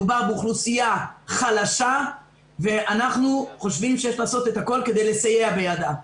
מדובר באוכלוסייה חלשה ואנחנו חושבים שיש לעשות את הכול כדי לסייע בידה.